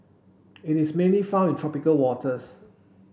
it is mainly found in tropical waters